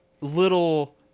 little